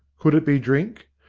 could it be drink?